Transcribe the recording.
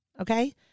Okay